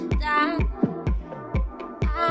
down